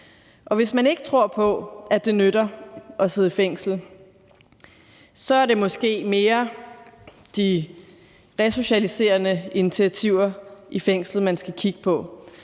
Og hvis man ikke tror på, at det nytter at sidde i fængsel, så er det måske mere de resocialiserende initiativer i fængslet, man skal kigge på.